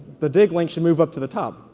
the dig link should move up to the top.